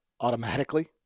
automatically